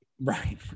Right